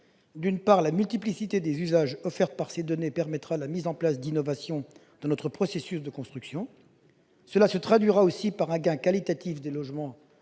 D'une part, la multiplicité des usages offerts par ces données permettra la mise en place d'innovations dans notre processus de construction et se traduira par un gain qualitatif pour les